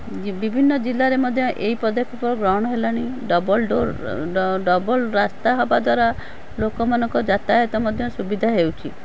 ବିଭିନ୍ନ ଜିଲ୍ଲାରେ ମଧ୍ୟ ଏଇ ପଦକ୍ଷେପ ଗ୍ରହଣ ହେଲାଣି ଡବଲ୍ ଡୋର୍ ଡବଲ୍ ରାସ୍ତା ହେବା ଦ୍ୱାରା ଲୋକମାନଙ୍କ ଯାତାୟାତ ମଧ୍ୟ ସୁବିଧା ହେଉଛି